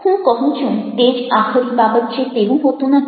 હું કહું છું તે જ આખરી બાબત છે તેવું હોતું નથી